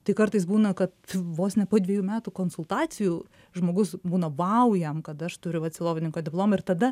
tai kartais būna kad vos ne po dvejų metų konsultacijų žmogus būna vau jam kad aš turiu sielovadininko diplomų ir tada